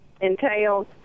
entails